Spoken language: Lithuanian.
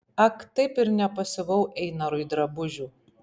ak taip ir nepasiuvau einarui drabužių